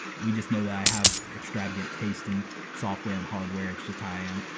we just know that i have extravagant taste in software and hardware, it's just how i am.